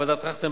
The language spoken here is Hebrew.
ועדת-טרכטנברג,